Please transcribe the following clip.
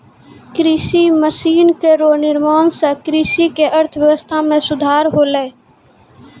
कृषि मसीन केरो निर्माण सें कृषि क अर्थव्यवस्था म सुधार होलै